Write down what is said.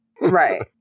Right